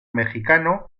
mexicano